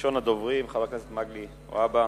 ראשון הדוברים, חבר הכנסת מגלי והבה,